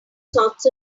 sorts